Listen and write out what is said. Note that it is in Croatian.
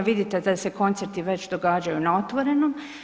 Vidite da se koncerti već događaju na otvorenom.